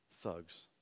thugs